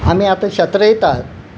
आमी आतां शेत रोयतात